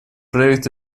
проект